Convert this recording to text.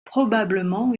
probablement